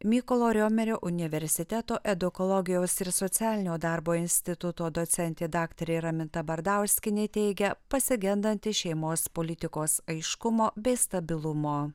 mykolo riomerio universiteto edukologijos ir socialinio darbo instituto docentė daktarė raminta bardauskienė teigia pasigendanti šeimos politikos aiškumo bei stabilumo